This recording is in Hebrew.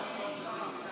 אסור לאלמוג לדבר.